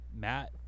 Matt